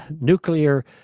nuclear